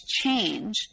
change –